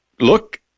look